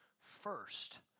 first